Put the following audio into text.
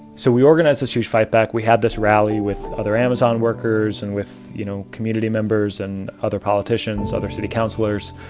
so we organized this huge fight back. we had this rally with other amazon workers and with, you know, community members and other politicians, other city councilors.